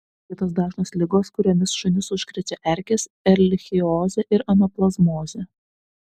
kitos dažnos ligos kuriomis šunis užkrečia erkės erlichiozė ir anaplazmozė